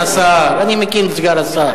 אדוני, אני מכיר את סגן השר.